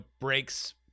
breaks